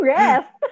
rest